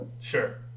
sure